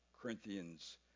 Corinthians